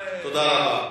תודה רבה.